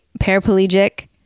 paraplegic